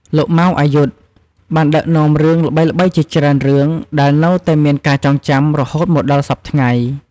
លោក ម៉ៅ អាយុទ្ធ បានដឹកនាំរឿងល្បីៗជាច្រើនរឿងដែលនៅតែមានការចងចាំរហូតមកដល់សព្វថ្ងៃ។